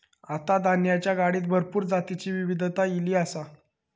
आता धान्याच्या गाडीत भरपूर जातीची विविधता ईली आसा